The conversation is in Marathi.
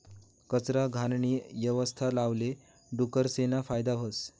कचरा, घाणनी यवस्था लावाले डुकरेसना फायदा व्हस